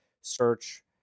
search